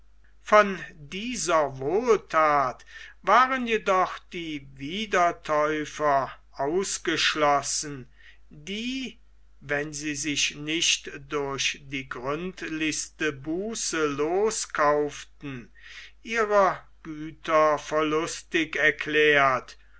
von dieser wohlthat waren jedoch die wiedertäufer ausgeschlossen die wenn sie sich nicht durch die gründlichste buße loskauften ihrer güter verlustig erklärt